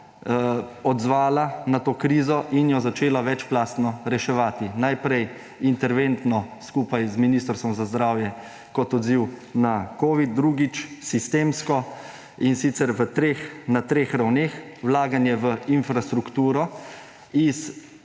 odzvala na to krizo in jo začela večplastno reševati. Najprej interventno, skupaj z Ministrstvom za zdravje, kot odziv na covid, drugič, sistemsko, in sicer na treh ravneh. Vlaganje v infrastrukturo –